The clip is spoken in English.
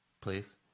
Please